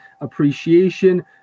appreciation